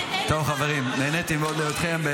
טוב, חברים, נהניתי מאוד לראותכם.